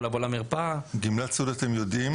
לבוא למרפאה --- גמלת סיעוד אתם יודעים.